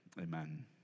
amen